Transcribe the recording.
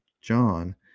John